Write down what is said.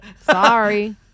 sorry